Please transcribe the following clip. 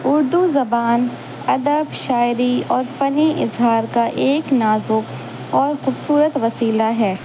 اردو زبان ادب شاعری اور فنی اظہار کا ایک نازک اور خوبصورت وسیلہ ہے